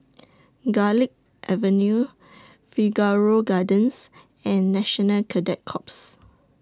Garlick Avenue Figaro Gardens and National Cadet Corps